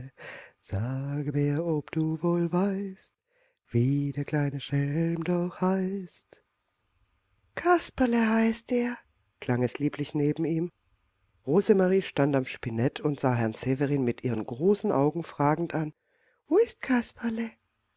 ob du wohl weißt wie der kleine schelm doch heißt kasperle heißt er klang es lieblich neben ihm rosemarie stand am spinett und sah herrn severin mit ihren großen augen fragend an wo ist kasperle